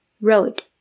Road